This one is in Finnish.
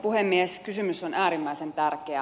kysymys on äärimmäisen tärkeä